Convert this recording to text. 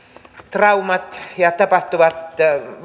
traumat ja